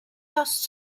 first